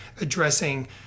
addressing